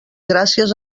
gràcies